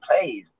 plays